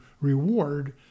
reward